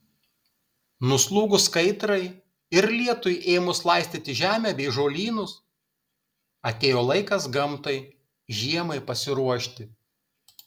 nuslūgus kaitrai ir lietui ėmus laistyti žemę bei žolynus atėjo laikas gamtai žiemai pasiruošti